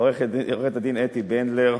עורכת-הדין אתי בנדלר,